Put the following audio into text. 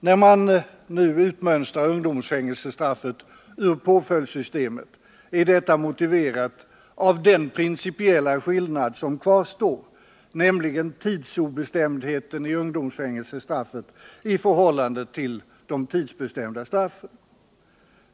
När man nu utmönstrar ungdomsfängelsestraffet ur påföljdssystemet är detta motiverat av den principiella skillnad som kvarstår, nämligen tidsobestämdheten i ungdomsfängelsestraffet i förhållande till de tidsbestämda straffen.